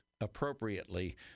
appropriately